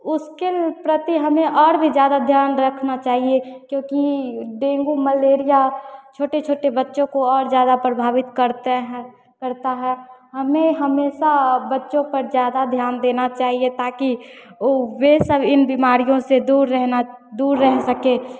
उसके प्रति हमें और भी ज़्यादा ध्यान रखना चाहिए क्योंकि डेंगू मलेरिया छोटे छोटे बच्चो को और ज़्यादा प्रभावित करता है करता है हमें हमेशा बच्चों पर ज़्यादा ध्यान देना चाहिए ताकि ओ वे सब इन बीमारियों से दूर रहना दूर रह सके